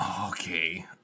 Okay